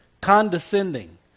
condescending